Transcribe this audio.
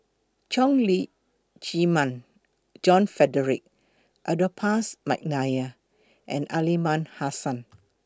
Leong Lee Chee Mun John Frederick Adolphus Mcnair and Aliman Hassan